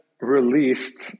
released